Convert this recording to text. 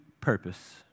purpose